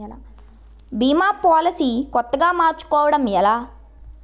భీమా policy కొత్తగా మార్చుకోవడం ఎలా?